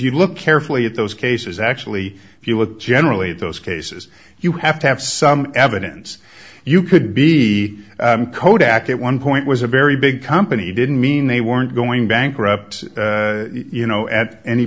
you look carefully at those cases actually if you look at generally those cases you have to have some evidence you could be kodak at one point was a very big company didn't mean they weren't going bankrupt you know at any